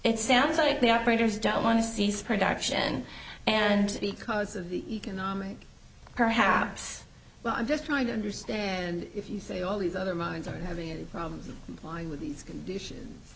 it sounds like the operators don't want to cease production and because of the economic perhaps well i'm just trying to understand if you say all these other mines are having any problems why would these conditions